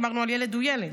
דיברנו על ילד הוא ילד.